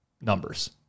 numbers